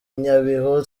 nyabihu